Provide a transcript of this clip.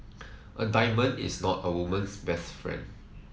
a diamond is not a woman's best friend